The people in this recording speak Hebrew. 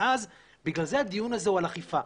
ואז בגלל זה הדיון הזה הוא על אכיפה.